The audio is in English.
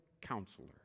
Counselor